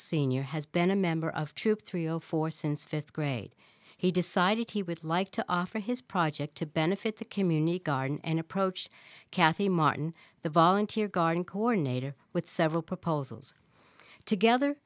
senior has been a member of troop three zero four since fifth grade he decided he would like to offer his project to benefit the community garden and approached kathy martin the volunteer garden coordinator with several proposals together